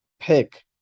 pick –